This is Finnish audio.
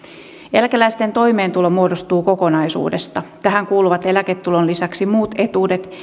eläkeläisten toimeentulo muodostuu kokonaisuudesta tähän kuuluvat eläketulon lisäksi muut etuudet